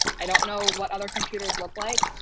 i don't know what other computers look like.